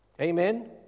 Amen